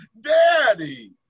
Daddy